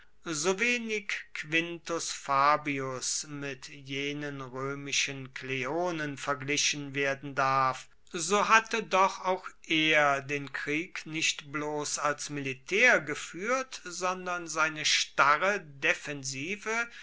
so wenig quintus fabius mit jenen roemischen kleonen verglichen werden darf so hatte doch auch er den krieg nicht bloss als militaer gefuehrt sondern seine starre defensive